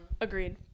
Agreed